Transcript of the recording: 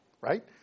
right